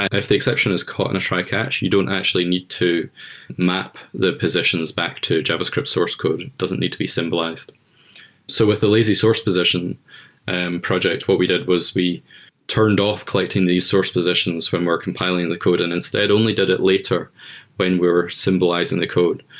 if the exception is caught in a tri-catch, you don't actually need to map the positions back to javascript source code. it doesn't need to be symbolized so with the lazy source position and project, what we did was we turned off collecting these source positions when we're compiling and the code, and instead only did it later when we're symbolizing the code.